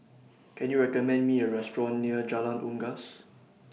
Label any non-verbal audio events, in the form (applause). Can YOU recommend Me A Restaurant near Jalan Unggas (noise)